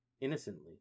innocently